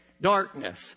darkness